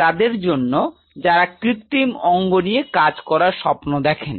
তাদের জন্য যারা কৃত্রিম অঙ্গ নিয়ে কাজ করার স্বপ্ন দেখেন